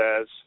says